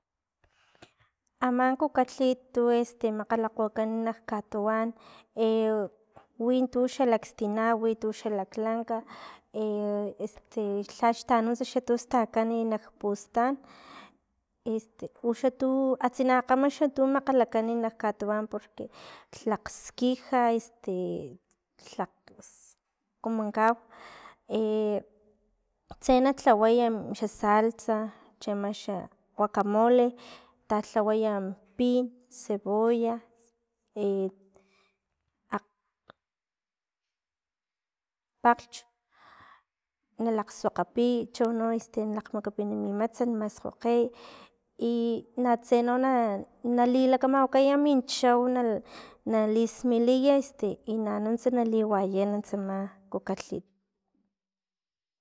Ama kikalhit tu este makgalakgokan nak katuwan wintu xalakstina wi tu xalaklank, este lha xtanunts tustakan n- nak pustan este uxa tu atsina kgama xatu makgalakan nak katuwan porque tlakgsij, este tlakgs tomankgaw, tse na lhaway xa salsa, chiama xa wakamole, talhawatya pin, cebolla, akg pakglchx, nalakgsuakgapin chono este nalkgmakapin mi matsat maskgokgey i natse na- na lilakamawakay min chau na lismaliy este i na nuts na liwayan tsama kukalhit.